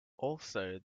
also